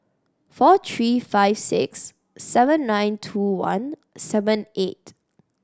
four three five six seven nine two one seven eight